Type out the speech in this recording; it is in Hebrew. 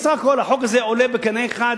בסך הכול החוק הזה עולה בקנה אחד,